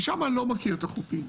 ושם אני לא מכיר את החופים.